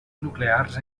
nuclears